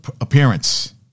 appearance